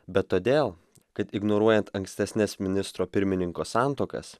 bet todėl kad ignoruojant ankstesnes ministro pirmininko santuokas